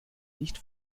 nicht